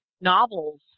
novels